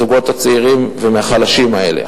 ממנו את הכסף, מהזוגות הצעירים ומהחלשים האלה.